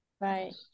Right